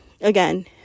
again